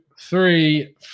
three